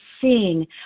seeing